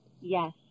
Yes